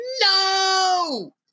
no